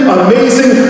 amazing